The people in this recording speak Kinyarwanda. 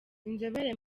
inzobere